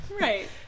Right